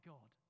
God